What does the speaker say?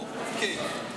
אוה, כן.